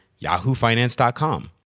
yahoofinance.com